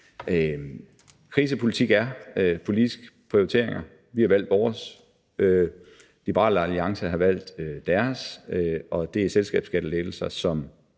Krisepolitik er politiske prioriteringer. Vi har valgt vores, Liberal Alliance har valgt deres, og det er selskabsskattelettelser, som